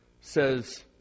says